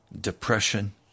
depression